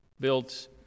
built